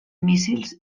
míssils